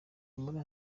muri